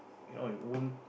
you know it won't